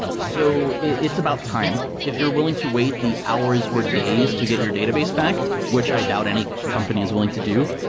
so it's about time. if you're willing to wait the hours or days to get your database back, which i doubt any company is willing to do,